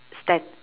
stat~